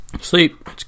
Sleep